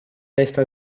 testa